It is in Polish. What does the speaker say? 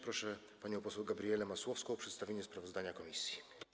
Proszę panią poseł Gabrielę Masłowską o przedstawienie sprawozdania komisji.